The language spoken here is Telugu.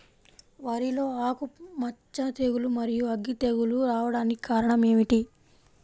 వరిలో ఆకుమచ్చ తెగులు, మరియు అగ్గి తెగులు రావడానికి కారణం ఏమిటి?